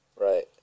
Right